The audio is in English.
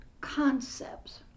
concepts